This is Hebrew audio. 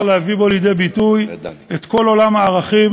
להביא בו לידי ביטוי את כל עולם הערכים